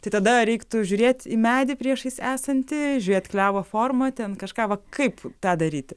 tai tada reiktų žiūrėt į medį priešais esantį įžiūrėt klevo formą ten kažką va kaip tą daryti